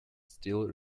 still